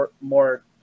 more